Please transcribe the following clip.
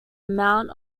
amount